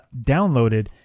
downloaded